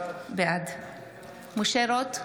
בעד משה רוט,